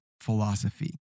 philosophy